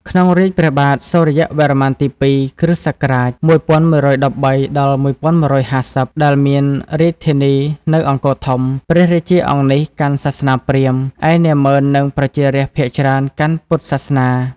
ក្នុងរាជ្យព្រះបាទសូរ្យវរ្ម័នទី ២ (គ.ស ១១១៣-១១៥០) ដែលមានរាជធានីនៅ អង្គរធំ ព្រះរាជាអង្គនេះកាន់សាសនាព្រាហ្មណ៍ ឯនាម៉ឺននិងប្រជារាស្ត្រភាគច្រើនកាន់ពុទ្ធសាសនា ។